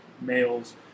males